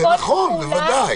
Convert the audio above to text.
אני אומרת שצריך להסתכל על כל פעולה,